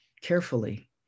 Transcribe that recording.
carefully